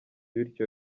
bityo